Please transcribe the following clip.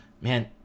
man